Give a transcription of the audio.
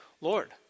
Lord